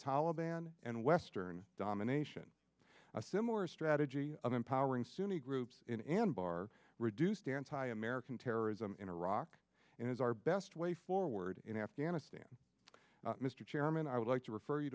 taliban and western domination a similar strategy of empowering sunni groups in anbar reduce the anti american terrorism in iraq and is our best way forward in afghanistan mr chairman i would like to refer you